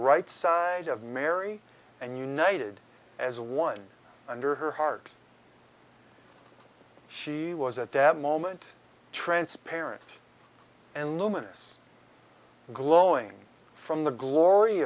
right side of mary and united as a one under her heart she was at that moment transparent and luminous glowing from the glory